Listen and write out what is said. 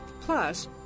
Plus